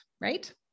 Right